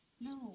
No